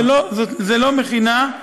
זה לא מכינה,